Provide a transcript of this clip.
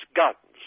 guns